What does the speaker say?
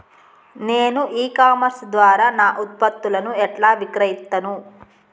నేను e commerce ద్వారా నా ఉత్పత్తులను ఎట్లా విక్రయిత్తను?